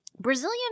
Brazilian